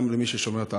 גם למי ששומר את ההלכה.